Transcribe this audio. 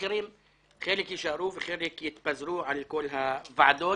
אחרים, חלק יישארו וחלק יתפזרו בכל הוועדות.